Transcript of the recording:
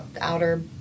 outer